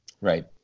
Right